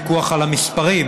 יש ויכוח על המספרים,